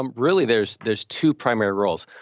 um really, there's there's two primary roles.